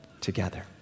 together